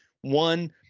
one